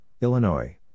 Illinois